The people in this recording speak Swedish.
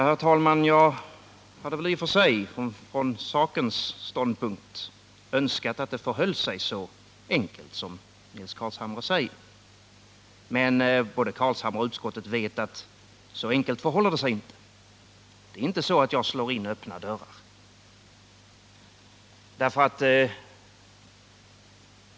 Herr talman! Jag hade väl i och för sig från sakens ståndpunkt önskat att det förhöll sig så enkelt som Nils Carlshamre säger. Men Nils Carlshamre och utskottets övriga ledamöter vet att så enkelt förhåller det sig inte. Det är inte så att jag slår in öppna dörrar.